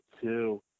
two